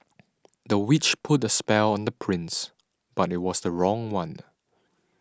the witch put a spell on the prince but it was the wrong one